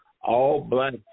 all-black